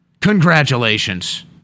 Congratulations